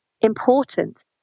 important